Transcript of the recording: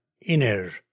inner